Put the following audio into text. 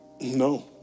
No